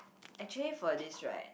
actually for this right